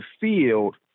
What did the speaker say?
field